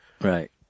Right